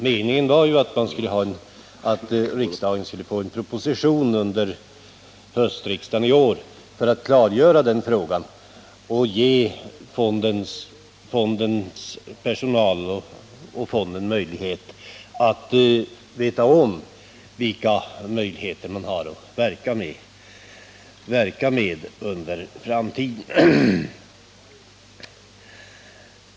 Meningen var att riksdagen skulle få en proposition under hösten i år som skulle klargöra den frågan och ge fonden och dess personal vetskap om vad man har att verka med i framtiden.